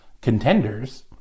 contenders